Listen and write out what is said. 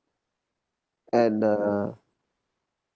and uh